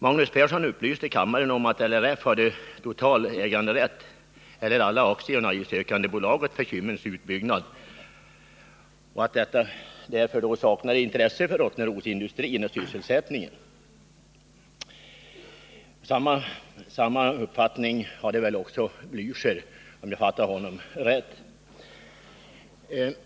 Magnus Persson upplyste kammaren om att LRF hade total äganderätt till eller alla aktierna i sökandebolaget i ärendet om Kymmens utbyggnad och att detta bolag därför saknade intresse för Rottnerosindustrin och sysselsättningen. Samma uppfattning hade väl också Raul Blächer, om jag fattade honom rätt.